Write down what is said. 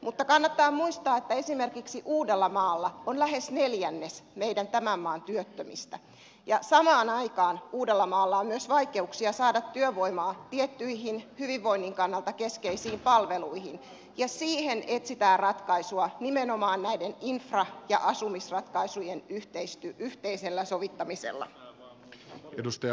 mutta kannattaa muistaa että esimerkiksi uudellamaalla on lähes neljännes tämän maan työttömistä ja samaan aikaan uudellamaalla on myös vaikeuksia saada työvoimaa tiettyihin hyvinvoinnin kannalta keskeisiin palveluihin ja siihen etsitään ratkaisua nimenomaan näiden infra ja asumisratkaisujen yhteisellä sovittamisella